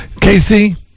Casey